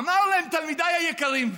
אמר להם: תלמידיי היקרים,